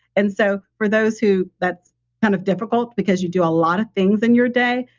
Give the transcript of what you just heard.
and so, for those who. that's kind of difficult because you do a lot of things in your day,